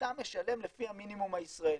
אתה משלם לפי המינימום הישראלי,